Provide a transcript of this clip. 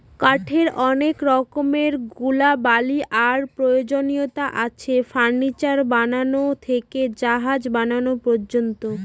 কাঠের অনেক রকমের গুণাবলী আর প্রয়োজনীয়তা আছে, ফার্নিচার বানানো থেকে জাহাজ বানানো পর্যন্ত